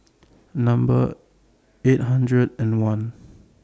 Number eight hundred and one